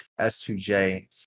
s2j